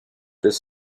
this